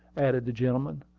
added the gentleman.